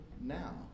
now